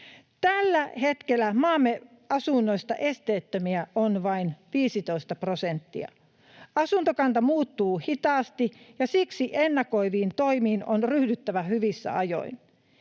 Tällä hetkellä maamme asunnoista esteettömiä on vain 15 prosenttia. Asuntokanta muuttuu hitaasti, ja siksi ennakoiviin toimiin on ryhdyttävä hyvissä ajoin.